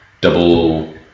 double